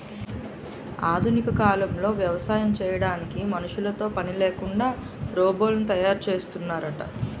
ఆధునిక కాలంలో వ్యవసాయం చేయడానికి మనుషులతో పనిలేకుండా రోబోలను తయారు చేస్తున్నారట